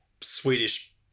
Swedish